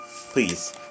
Please